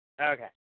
Okay